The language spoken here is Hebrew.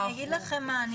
אני אגיד לכם מה,